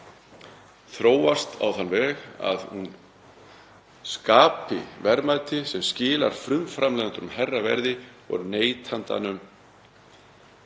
kjöti, á þann veg að hún skapi verðmæti sem skilar frumframleiðandanum hærra verði og neytandanum